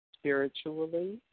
spiritually